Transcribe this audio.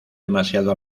demasiado